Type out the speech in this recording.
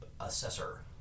assessor